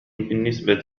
بالنسبة